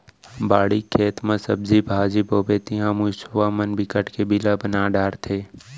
बाड़ी, खेत म सब्जी भाजी बोबे तिंहा मूसवा मन बिकट के बिला बना डारथे